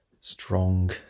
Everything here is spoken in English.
strong